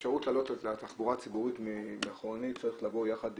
כדי למצוא אפשרות לעלות לתחבורה הציבורית מאחורנית צריך לבוא עם